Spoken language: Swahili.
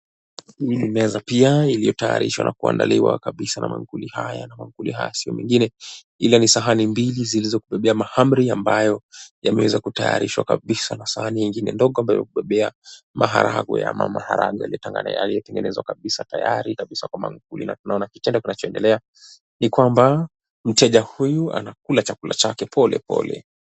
Hii ni meza pia iliyo tayarishwa na kuandaliwa kabisa na maankuli haya na maankuli haya sio mengine ila ni sahani mbili zilizobebea mahamri ambayo yameweza kutayarishwa kabisa na sahani nyingine ndogo ambayo kubeba maharagwe yaliyotengenezwa kabisa tayari kabisa kwa manguli na tunaona kitendo kinachoendelea ni kwamba mteja huyu anakula chakula chake pole pole.